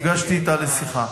נפגשתי אתה לשיחה.